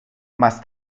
más